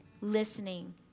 Listening